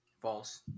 False